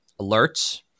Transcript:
alerts